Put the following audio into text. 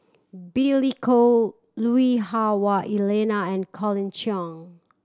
Billy Koh Lui Hah Wah Elena and Colin Cheong